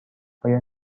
آیا